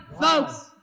folks